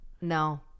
No